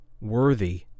worthy